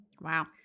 Wow